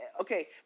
okay